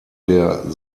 der